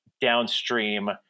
downstream